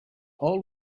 old